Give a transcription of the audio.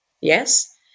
Yes